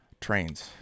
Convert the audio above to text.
trains